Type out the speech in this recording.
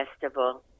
Festival